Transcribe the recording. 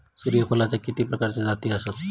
सूर्यफूलाचे किती प्रकारचे जाती आसत?